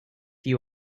you